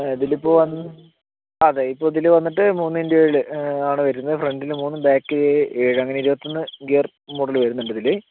ഇതിലിപ്പൊൾ വന്ന് ആ അതെ ഇപ്പൊൾ ഇതില് വന്നിട്ടു മുന്ന് ഇൻടു ഏഴ് ആണ് വരുന്നത് ഫ്രണ്ടില് മൂന്ന് ബാക്കില് ഏഴ് അങ്ങനെ ഇരുപത്തൊന്ന് ഗിയർ മോഡല് വരുന്നുണ്ട് ഇതില്